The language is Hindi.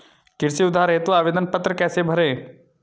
कृषि उधार हेतु आवेदन पत्र कैसे भरें?